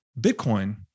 Bitcoin